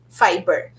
fiber